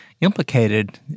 implicated